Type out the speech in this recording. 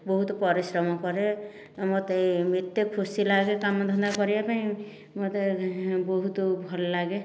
ବହୁତ ପରିଶ୍ରମ କରେ ମୋତେ ଏତେ ଖୁସି ଲାଗେ କାମ ଧନ୍ଦା କରିବା ପାଇଁ ମୋତେ ବହୁତ ଭଲ ଲାଗେ